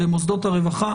בדקתם במוסדות הרווחה?